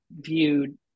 viewed